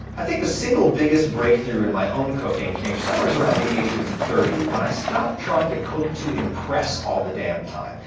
i think the single biggest breakthrough in my own cooking came somewheres around the age of thirty, when i stopped trying to cook to impress all the damn time,